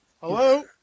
Hello